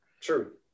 True